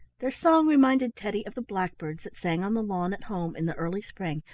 their song reminded teddy of the blackbirds that sang on the lawn at home in the early spring,